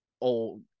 old